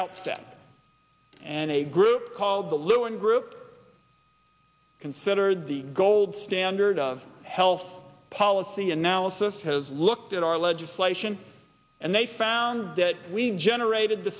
outset and a group called the lewin group considered the gold standard of health policy analysis has looked at our legislation and they found that we generated the